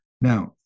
Now